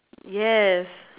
yes